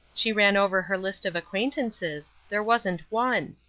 she ran over her list of acquaintances there wasn't one.